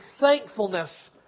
thankfulness